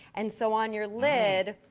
and so on your lid,